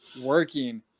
working